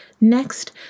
Next